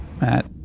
Matt